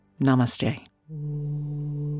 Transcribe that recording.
Namaste